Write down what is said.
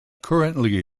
currently